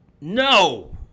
No